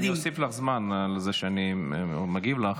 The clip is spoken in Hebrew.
אני אוסיף לך זמן על זה שאני מגיב לך,